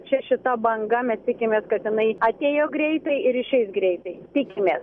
čia šita banga mes tikimės kad jinai atėjo greitai ir išeis greitai tikimės